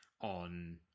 on